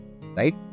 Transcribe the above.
right